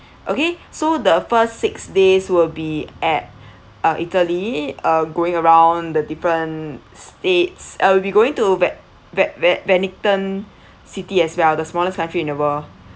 okay so the first six days will be at uh italy uh going around the different states uh we'll be going to vat vat vat vanican city as well the smallest country in the world